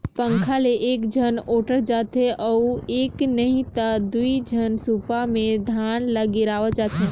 पंखा ल एकझन ओटंत जाथे अउ एक नही त दुई झन सूपा मे धान ल गिरावत जाथें